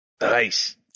Nice